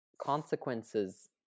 consequences